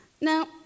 Now